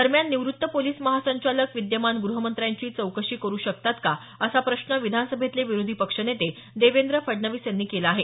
दरम्यान निवृत्त पोलिस महासंचालक विद्यमान गृहमंत्र्यांची चौकशी करू शकतात का असा प्रश्न विधान सभेतले विरोधी पक्षनेते देवेंद्र फडणवीस यांनी केला आहे